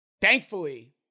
Thankfully